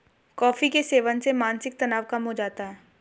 coffee के सेवन से मानसिक तनाव कम हो जाता है